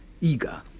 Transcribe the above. eager